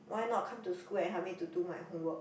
why not come to school and help me to do my homework